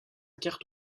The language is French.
carte